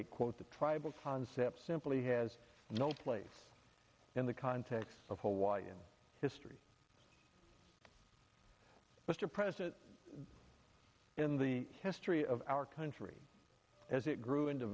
hundred quote the tribal concept simply has no place in the context of hawaiian history mr president in the history of our country as it grew